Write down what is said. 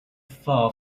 far